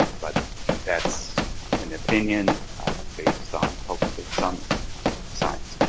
but that's an opinion based on hopefully some science.